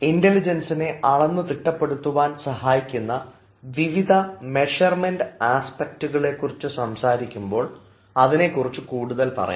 ഇൻറലിജൻസിനെ അളന്ന് തിട്ടപ്പെടുത്തുവാൻ സഹായിക്കുന്ന വിവിധ മെഷർമെൻറ് ആസ്പെറ്റുകളെ കുറിച്ച് സംസാരിക്കുമ്പോൾ അതിനെക്കുറിച്ച് കൂടുതൽ പറയാം